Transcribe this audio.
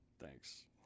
Thanks